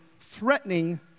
threatening